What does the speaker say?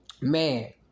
man